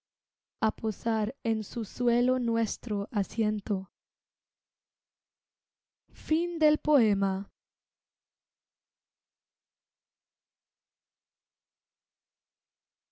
á posar en su suelo nuestro asiento